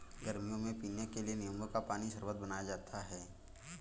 गर्मियों में पीने के लिए नींबू के पानी का शरबत बनाया जाता है